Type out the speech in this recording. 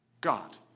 God